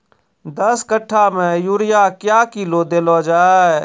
दस कट्ठा मे यूरिया क्या किलो देलो जाय?